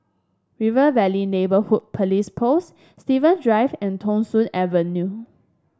River Valley Neighbourhood Police Post Steven Drive and Thong Soon Avenue